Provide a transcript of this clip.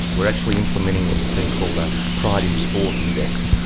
we're actually implementing what's being called a pride in sport index,